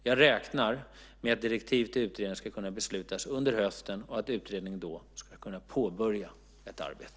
Jag räknar med att direktiv till utredningen ska beslutas under hösten och att utredningen då ska kunna påbörja sitt arbete.